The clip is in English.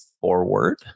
forward